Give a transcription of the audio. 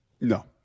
No